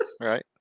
right